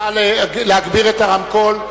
נא להגביר את הרמקול.